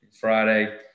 Friday